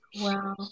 wow